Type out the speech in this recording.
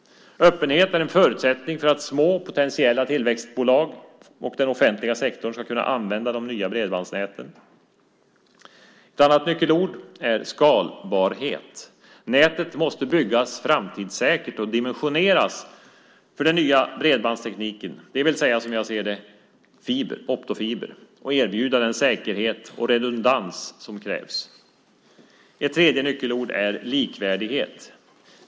Öppenhet är en förutsättning för att små potentiella tillväxtbolag och den offentliga sektorn ska kunna använda de nya bredbandsnäten. Ett andra nyckelord är skalbarhet. Nätet måste byggas framtidssäkert och dimensioneras för den nya bredbandstekniken, det vill säga som jag ser det med optofiber, och erbjuda den säkerhet och redundans som krävs. Ett tredje nyckelord är likvärdighet.